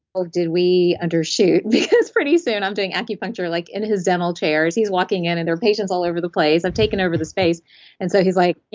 ah did we undershoot, because pretty soon i'm doing acupuncture like in his dental chairs. he's walking in and there are patients all over the place. i've taken over the space and so he's like.